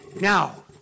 now